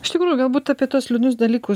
iš tikrųjų galbūt apie tuos liūdnus dalykus